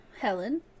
Helen